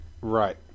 Right